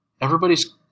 everybody's